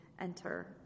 enter